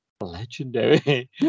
legendary